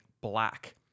black